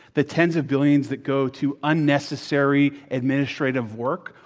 the tens of billions that go to unnecessary administrative work,